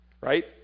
right